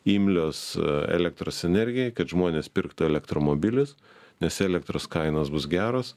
imlios elektros energijai kad žmonės pirktų elektromobilius nes elektros kainos bus geros